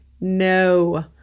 No